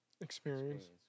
experience